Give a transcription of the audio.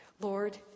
Lord